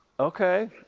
okay